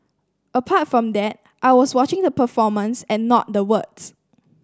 apart from that I was watching the performance and not the words